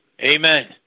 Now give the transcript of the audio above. Amen